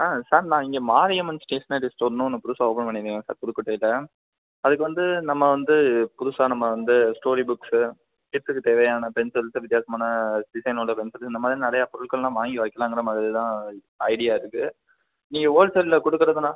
sir நான் இங்கே Mariamman stationery ஸ்டோர்னு ஒன்று புதுசாக ஓப்பன் பண்ணியிருக்கேங்க சார் புதுக்கோட்டையில் அதுக்கு வந்து நம்ம வந்து புதுசாக நம்ம வந்து ஸ்டோரி புக்ஸ்சு கிட்ஸுக்கு தேவையான பென்சில் வித்தியாச வித்தியாசமான டிசைனோடு இந்தமாதிரி நிறையா பொருட்கள்லாம் வாங்கி வைக்கிலாங்குற மாதிரி தான் ஐடியா இருக்குது நீங்கள் ஹோல்சேலில் கொடுக்குறதுனா